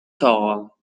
tall